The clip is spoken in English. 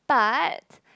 but